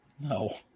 No